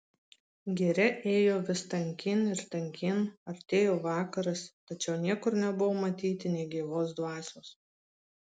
giria ėjo vis tankyn ir tankyn artėjo vakaras tačiau niekur nebuvo matyti nė gyvos dvasios